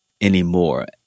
anymore